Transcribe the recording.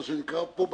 מה שנקרא פה,